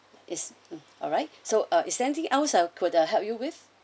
it's mm alright so is there anything else I couldn't help you with